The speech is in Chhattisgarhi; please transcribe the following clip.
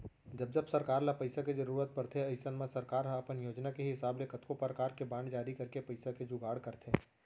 जब जब सरकार ल पइसा के जरूरत परथे अइसन म सरकार ह अपन योजना के हिसाब ले कतको परकार के बांड जारी करके पइसा के जुगाड़ करथे